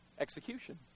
execution